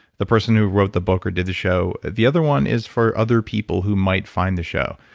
the person who wrote the book or did the show. the other one is for other people who might find the show.